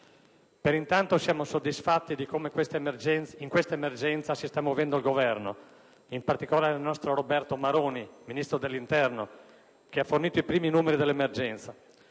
Per intanto siamo soddisfatti di come in questa emergenza si sta muovendo il Governo e, in particolare, il nostro Roberto Maroni, Ministro dell'interno, che ha fornito i primi numeri dell'emergenza.